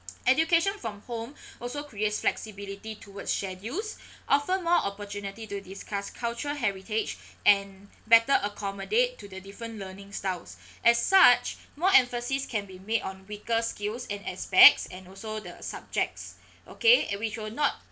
education from home also creates flexibility towards schedules often more opportunity to discuss cultural heritage and better accommodate to the different learning styles as such more emphasis can be made on weaker skills and aspects and also the subjects okay and which will not